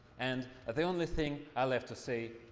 and but the only thing i left to say.